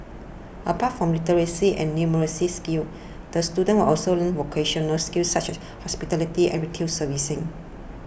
apart from literacy and numeracy skills the students will also learn vocational skills such as hospitality and retail servicing